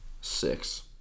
six